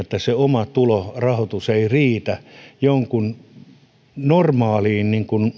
että se oma tulo rahoitus ei riitä jonkin normaaliin